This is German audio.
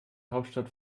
hauptstadt